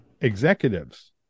executives